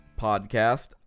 podcast